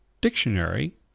dictionary